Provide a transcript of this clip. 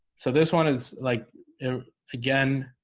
so this one is like again,